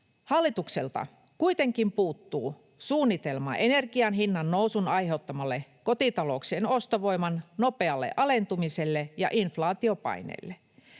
Hallitukselta kuitenkin puuttuu suunnitelma energian hinnannousun aiheuttamalle kotitalouksien ostovoiman nopealle alentumiselle ja inflaatiopaineelle.